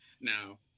Now